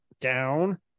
down